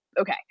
okay